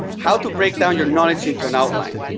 how to break down your knowledge into an outline,